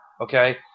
Okay